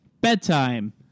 Bedtime